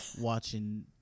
watching